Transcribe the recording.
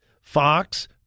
Fox